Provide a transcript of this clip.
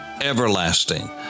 everlasting